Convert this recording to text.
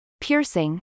piercing